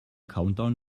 countdown